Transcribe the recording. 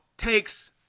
takes